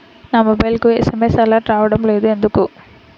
నా మొబైల్కు SMS alerts రావడం లేదు ఎందుకు?